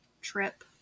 trip